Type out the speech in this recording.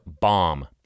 bomb